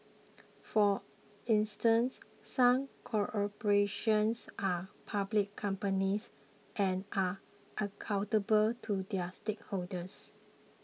for instance some corporations are public companies and are accountable to their shareholders